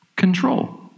control